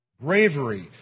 bravery